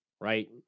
right